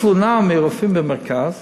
מהרופאים במרכז